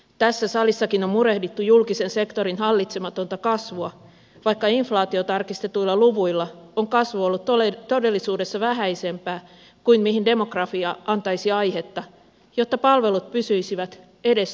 tässä salissakin on murehdittu julkisen sektorin hallitsematonta kasvua vaikka inflaatiotarkistetuilla luvuilla on kasvu ollut todellisuudessa vähäisempää kuin mihin demografia antaisi aihetta jotta palvelut pysyisivät edes totutulla tasolla